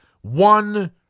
one